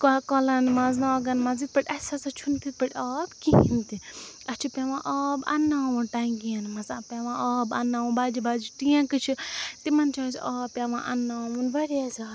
کۄ کۄلَن مَنٛز ناگَن مَنٛز یِتھ پٲٹھۍ اَسہِ ہَسا چھُنہٕ تِتھ پٲٹھۍ آب کِہیٖنۍ تہِ اَسہِ چھِ پٮ۪وان آب اَنٛناوُن ٹٮ۪نٛکِیَن مَنٛز اَ پٮ۪وان آب اَنٛناوُن بَجہِ بَجہِ ٹینٛکہٕ چھِ تِمَن چھُ اَسہِ آب پٮ۪وان اَنٛناوُن واریاہ زیادٕ